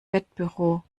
wettbüro